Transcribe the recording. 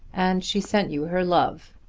and she sent you her love.